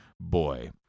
boy